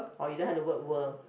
or you don't have the word world